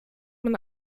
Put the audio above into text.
man